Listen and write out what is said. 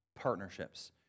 partnerships